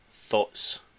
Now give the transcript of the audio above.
Thoughts